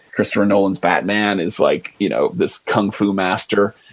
christopher nolan's batman is like you know this kung fu master.